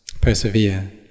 persevere